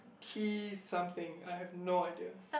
key something I have no idea